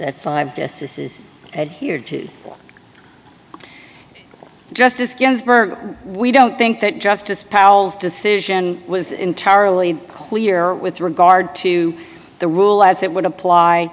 at five justices adhered to justice ginsburg we don't think that justice powells decision was entirely clear with regard to the rule as it would apply